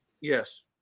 Yes